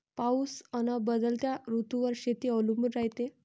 पाऊस अन बदलत्या ऋतूवर शेती अवलंबून रायते